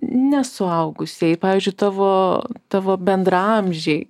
ne suaugusieji pavyzdžiui tavo tavo bendraamžiai